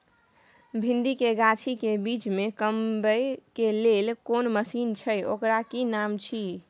भिंडी के गाछी के बीच में कमबै के लेल कोन मसीन छै ओकर कि नाम छी?